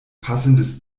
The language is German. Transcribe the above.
passendes